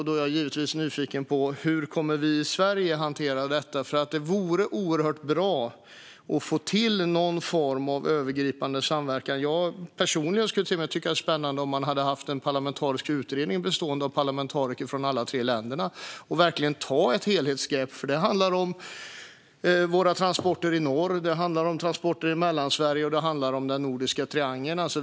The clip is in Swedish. Då är jag givetvis nyfiken på hur vi i Sverige kommer att hantera detta. Det vore oerhört bra att få till någon form av övergripande samverkan. Jag personligen skulle till och med tycka att det vore spännande att ha en parlamentarisk utredning bestående av parlamentariker från alla tre länderna och verkligen ta ett helhetsgrepp. Det handlar om våra transporter i norr, det handlar om transporter i Mellansverige och det handlar om den nordiska triangeln.